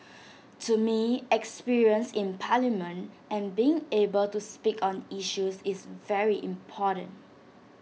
to me experience in parliament and being able to speak on issues is very important